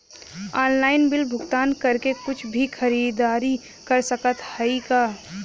Online bill भुगतान करके कुछ भी खरीदारी कर सकत हई का?